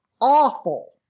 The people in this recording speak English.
awful